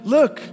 Look